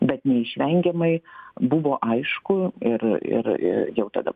bet neišvengiamai buvo aišku ir ir jau tada